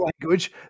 language